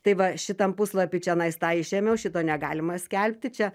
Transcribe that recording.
tai va šitam puslapy čionais tą išėmiau šito negalima skelbti čia